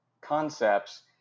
concepts